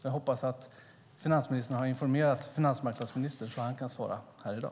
Jag hoppas att finansministern har informerat finansmarknadsministern så att han kan svara här i dag.